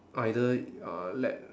either uh let